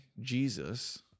Jesus